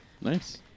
Nice